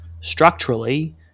structurally